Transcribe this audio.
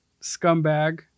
scumbag